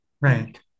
Right